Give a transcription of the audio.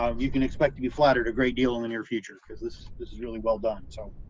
um you can expect to be flattered a great deal in the near future, because this, this is really well done so